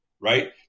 right